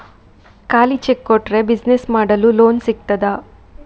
ಖಾಲಿ ಚೆಕ್ ಕೊಟ್ರೆ ಬಿಸಿನೆಸ್ ಮಾಡಲು ಲೋನ್ ಸಿಗ್ತದಾ?